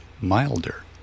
Milder